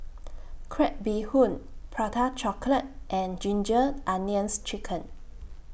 Crab Bee Hoon Prata Chocolate and Ginger Onions Chicken